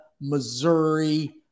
Missouri